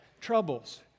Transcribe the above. troubles